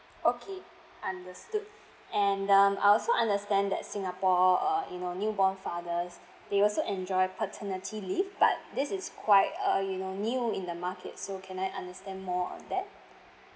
okay understood and um I also understand that singapore uh you know new born fathers they also enjoy paternity leave but this is quite a you know new in the market so can I understand more on that